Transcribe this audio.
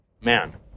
man